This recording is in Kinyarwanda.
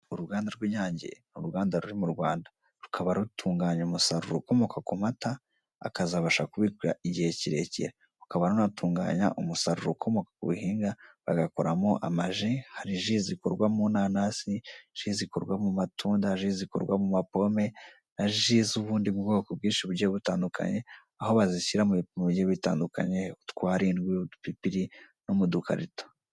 Uruganda rw'inyange ni uruganda ruri mu Rwanda. Rukaba rutunganya umusaruro ukomoka ku mata, akazabasha kubikwa igihe kirekire. Rukaba runatunganya umusaruro ukomoka ku bihingwa, bagakoramo amaji. Hari ji zikorwa mu nanasi, ji zikorwa mu matunda, ji zikorwa mu mapome, na ji z'ubundi bwoko bwinshi bugiye butandukanye, aho bazishyira mu bipimo bigiye bitandukanye, utwarindwi, mu bipipiri no mu dukarito.